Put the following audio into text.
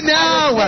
now